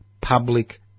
public